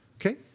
Okay